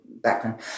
background